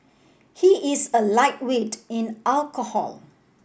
he is a lightweight in alcohol